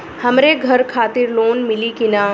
हमरे घर खातिर लोन मिली की ना?